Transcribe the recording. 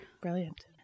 Brilliant